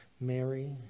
Mary